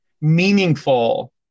meaningful